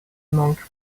monk